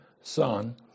son